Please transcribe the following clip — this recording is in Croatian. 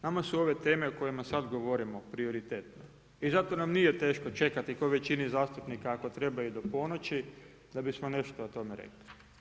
Nama su ove teme o kojima sad govorimo prioritetne i zato nam nije teško čekati, kao većini zastupnika, ako treba i do ponoći da bismo nešto o tome rekli.